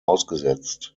ausgesetzt